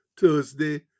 Thursday